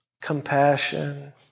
compassion